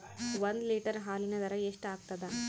ಒಂದ್ ಲೀಟರ್ ಹಾಲಿನ ದರ ಎಷ್ಟ್ ಆಗತದ?